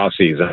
offseason